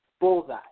bullseye